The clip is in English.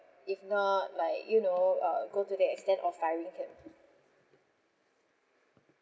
if not like you know uh go to the extent of firing him